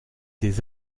des